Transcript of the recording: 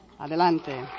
Adelante